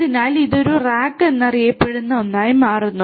അതിനാൽ ഇത് ഒരു റാക്ക് എന്നറിയപ്പെടുന്ന ഒന്നായി മാറുന്നു